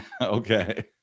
Okay